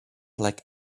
like